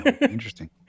Interesting